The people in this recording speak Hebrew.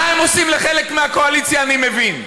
מה הם עושים לחלק מהקואליציה אני מבין.